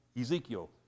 Ezekiel